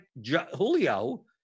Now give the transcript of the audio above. julio